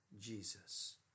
jesus